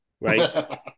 right